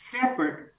separate